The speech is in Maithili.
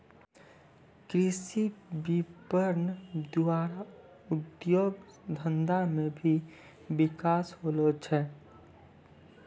कृषि विपणन द्वारा उद्योग धंधा मे भी बिकास होलो छै